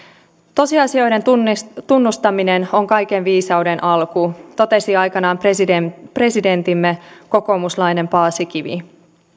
tosiasioiden tunnustaminen tunnustaminen on kaiken viisauden alku totesi aikanaan presidenttimme kokoomuslainen paasikivi